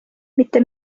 mitte